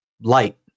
light